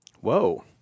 Whoa